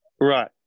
right